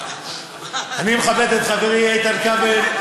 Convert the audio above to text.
אני מכבד את חברי איתן כבל,